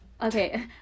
okay